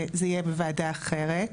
זה יהיה בוועדה אחרת.